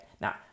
now